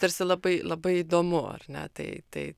tarsi labai labai įdomu ar ne tai tai